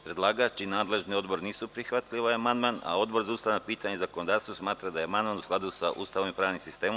Predlagač i nadležni odbor nisu prihvatili ovaj amandman, a Odbor za ustavna pitanja i zakonodavstvo smatra da je amandman u skladu sa Ustavom i pravnim sistemom.